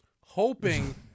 Hoping